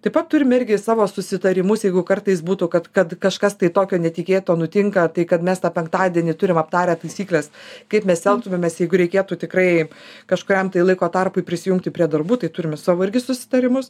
taip pat turim irgi savo susitarimus jeigu kartais būtų kad kad kažkas tai tokio netikėto nutinka tai kad mes tą penktadienį turim aptarę taisykles kaip mes elgtumėmės jeigu reikėtų tikrai kažkuriam tai laiko tarpui prisijungti prie darbų tai turim ir savo irgi susitarimus